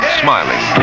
smiling